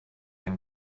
been